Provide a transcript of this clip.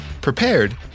prepared